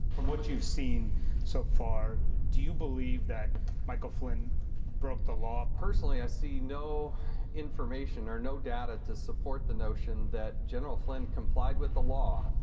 from what you've seen so far, do you believe that michael flynn broke the law? personally, i see no information or no data to support the notion that general flynn complied with the law.